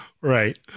Right